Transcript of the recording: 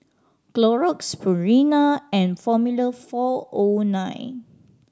Clorox Purina and Formula Four O Nine